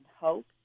hope